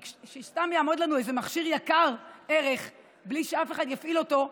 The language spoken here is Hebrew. כי כאשר סתם יעמוד לנו מכשיר יקר ערך בלי שאף אחד יפעיל אותו,